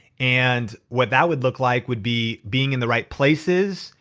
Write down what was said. and what that would look like would be being in the right places,